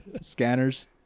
scanners